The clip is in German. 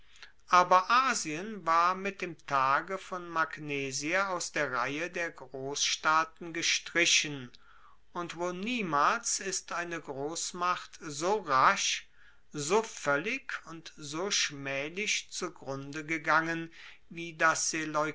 aber asien war mit dem tage von magnesia aus der reihe der grossstaaten gestrichen und wohl niemals ist eine grossmacht so rasch so voellig und so schmaehlich zugrunde gegangen wie das